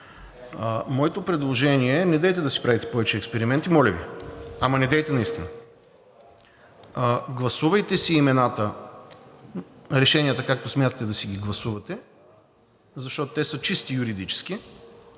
Моето предложение е, недейте да си правите повече експерименти – моля Ви, ама, недейте наистина – гласувайте си имената, решенията, както смятате да си ги гласувате, защото те са чисто юридически